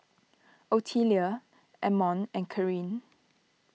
Otelia Ammon and Carin